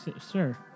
sir